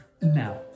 now